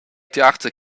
tiarza